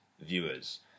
viewers